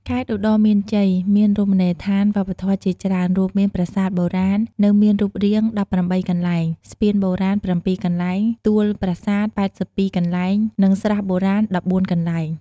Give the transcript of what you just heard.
ខេត្តឧត្តរមានជ័យមានរមនីយដ្ឋានវប្បធម៌ជាច្រើនរួមមាន ប្រាសាទបុរាណ នៅមានរូបរាង ១៨ កន្លែង ស្ពានបុរាណ ៧កន្លែង ទួលប្រសាទ៨២ កន្លែង និង ស្រះបុរាណ ១៤ កន្លែង។